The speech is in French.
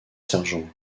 sergent